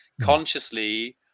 consciously